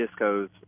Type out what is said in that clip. discos